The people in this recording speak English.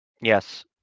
Yes